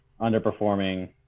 underperforming